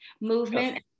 movement